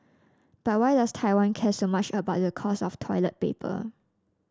but why does Taiwan care so much about the cost of toilet paper